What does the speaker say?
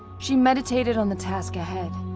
she meditated on the task ahead.